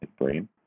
brain